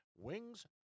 Wings